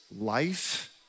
life